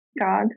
God